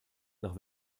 nach